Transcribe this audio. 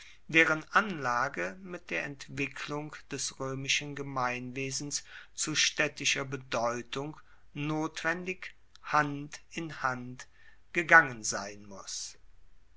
deren anlage mit der entwicklung des roemischen gemeinwesens zu staedtischer bedeutung notwendig hand in hand gegangen sein muss